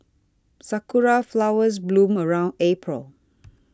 sakura flowers bloom around April